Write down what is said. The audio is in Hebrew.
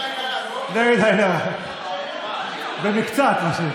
זה בקצת.